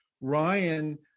Ryan